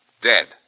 Dead